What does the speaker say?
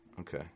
Okay